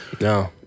No